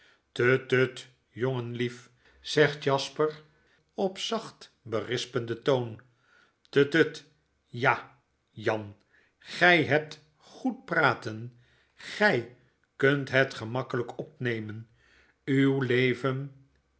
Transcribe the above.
jongen lief zegt jasper opzacht berispenden toon tut tut ja jan gfj hebt goed praten gcjj kunt het gemakkelp opnemen uw leven